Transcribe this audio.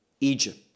egypt